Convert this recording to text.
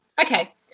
Okay